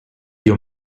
your